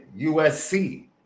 USC